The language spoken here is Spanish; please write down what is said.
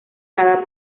cada